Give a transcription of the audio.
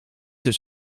dus